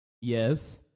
Yes